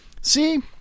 See